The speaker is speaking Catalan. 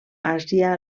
àsia